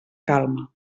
calma